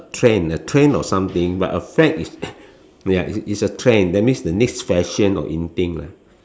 trend a trend or something but a fad is ya it's it's a trend that means the next fashion or in thing lah